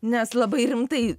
nes labai rimtai